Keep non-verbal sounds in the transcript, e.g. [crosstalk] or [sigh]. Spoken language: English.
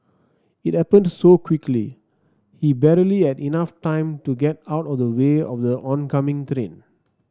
it happened so quickly he barely had enough time to get out of the way of the oncoming [unintelligible]